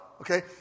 Okay